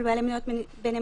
של בעלי מניות בנאמנות.